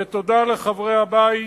ותודה לחברי הבית